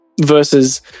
versus